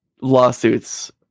lawsuits